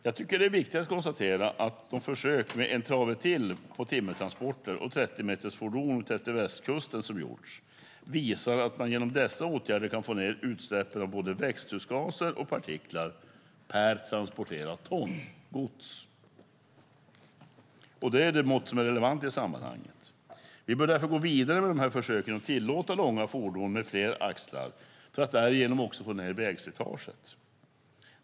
Jag tycker att det är viktigt att konstatera att de försök som kallas "en trave till" och har gjorts på timmertransporter och 30-metersfordon utefter västkusten visar att man genom dessa åtgärder kan få ned utsläppen av både växthusgaser och partiklar per transporterat ton gods. Det är det mått som är relevant i sammanhanget. Vi bör därför gå vidare med de försöken och tillåta långa fordon med fler axlar för att därigenom också få ned vägslitaget.